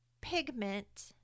pigment